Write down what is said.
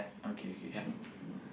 okay okay sure